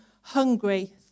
hungry